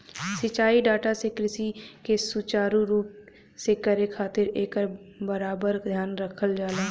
सिंचाई डाटा से कृषि के सुचारू रूप से करे खातिर एकर बराबर ध्यान रखल जाला